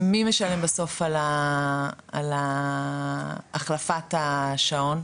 מי משלם בסוף על החלפת השעון?